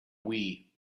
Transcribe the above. wii